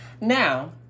Now